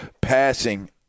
passing